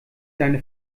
seine